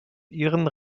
ihren